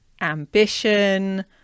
ambition